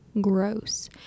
gross